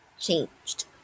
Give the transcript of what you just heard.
changed